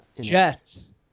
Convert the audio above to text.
Jets